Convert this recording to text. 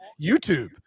YouTube